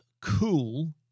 cool